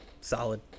solid